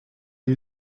you